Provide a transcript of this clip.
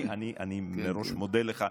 אני מראש מודה לך,